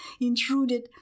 intruded